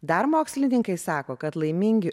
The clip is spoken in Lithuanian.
dar mokslininkai sako kad laimingi